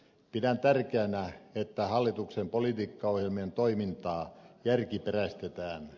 pidän tärkeänä että hallituksen politiikkaohjelmien toimintaa järkiperäistetään